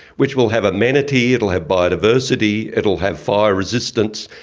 which will have amenity, it will have biodiversity, it will have fire resistance,